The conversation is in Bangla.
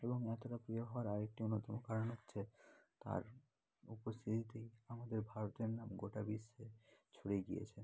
এবং এতটা প্রিয় হওয়ার আরেকটি অন্যতম কারণ হচ্ছে তার উপস্থিতিতেই আমাদের ভারতের নাম গোটা বিশ্বে ছড়িয়ে গিয়েছে